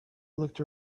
looked